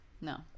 No